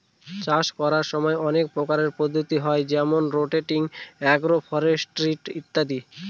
চাষ করার সময় অনেক প্রকারের পদ্ধতি হয় যেমন রোটেটিং, আগ্র ফরেস্ট্রি ইত্যাদি